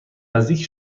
نزدیک